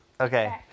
Okay